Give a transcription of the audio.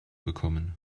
bekommen